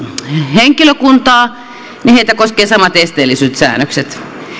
henkilökuntaa niin heitä koskevat samat esteellisyyssäännökset